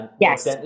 yes